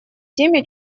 теме